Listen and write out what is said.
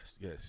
yes